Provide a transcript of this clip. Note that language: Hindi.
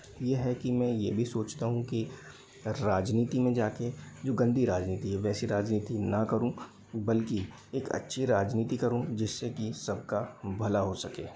ये है कि मैं ये भी सोचता हूँ कि राजनीती में जा के जो गंदी राजनीती है वैसी राजनीती ना करूं बल्कि एक अच्छी राजनीती करूं जिससे की सबका भला हो सके